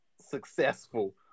successful